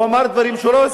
הוא אמר דברים שלא הסכמנו.